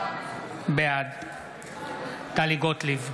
בעד טלי גוטליב,